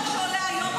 אני לא מסכימה איתך.